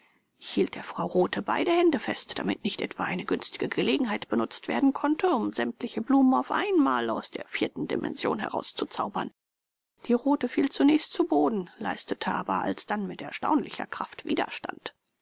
hielt der frau rothe beide hände fest damit nicht etwa eine günstige gelegenheit benutzt werden konnte um sämtliche blumen auf einmal aus der vierten dimension herauszuzaubern die rothe fiel zunächst zu boden leistete aber alsdann mit erstaunlicher kraft widerstand